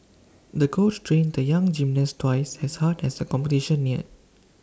the coach trained the young gymnast twice as hard as the competition neared